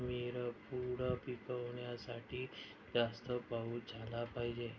मिरपूड पिकवण्यासाठी जास्त पाऊस झाला पाहिजे